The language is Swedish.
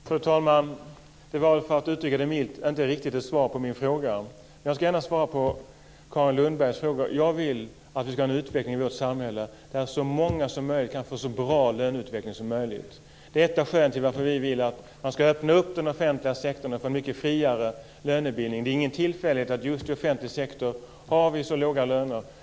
Fru talman! Detta var, för att uttrycka det milt, inte riktigt svar på min fråga. Jag ska gärna svara på Jag vill ha en utveckling i vårt samhälle där så många som möjligt kan få en så bra löneutveckling som möjligt. Detta är skälet till varför vi vill att man ska öppna upp den offentliga sektorn för en friare lönebildning. Det är ingen tillfällighet att det i just offentlig sektor är så låga löner.